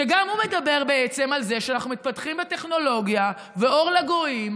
שגם הוא מדבר על זה שאנחנו מפתחים טכנולוגיה ואור לגויים.